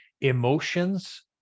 Emotions